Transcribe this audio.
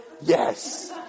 Yes